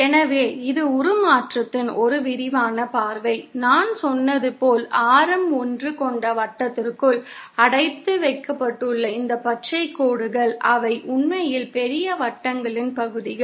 எனவே இது உருமாற்றத்தின் ஒரு விரிவான பார்வை நான் சொன்னது போல் ஆரம் 1 கொண்ட வட்டத்திற்குள் அடைத்து வைக்கப்பட்டுள்ள இந்த பச்சைக் கோடுகள் அவை உண்மையில் பெரிய வட்டங்களின் பகுதிகள்